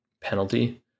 penalty